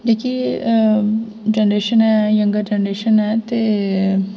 जेह्की जनरेशन ऐ younger generation ऐ ते